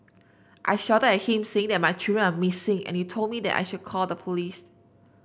I shouted at him saying that my children are missing and he told me that I should call the police